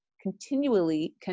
continually